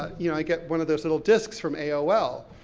you know, i get one of those little disks from aol,